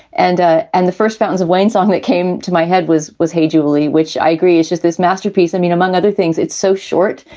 and ah and the first fountains of wayne song that came to my head was was hey, julie, which i agree is just this masterpiece. i mean, among other things, it's so short.